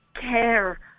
care